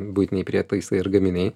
buitiniai prietaisai ir gaminiai